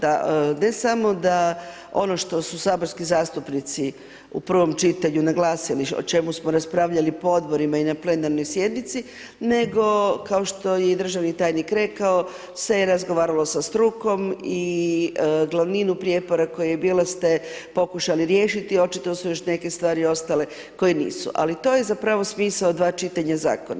Da, ne samo da ono što su saborski zastupnici u prvom čitanju naglasili o čemu smo raspravljali po odborima i na plenarnoj sjednici, nego kao što je državni tajnik rekao se je razgovaralo sa strukom i glavninu prijepora koji je bilo ste pokušali riješiti očito su još neke stvari ostale koje nisu, ali to je zapravo smisao dva čitanja zakona.